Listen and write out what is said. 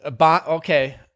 Okay